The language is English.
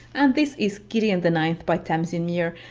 and this is gideon the ninth by tamsyn muir.